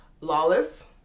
Lawless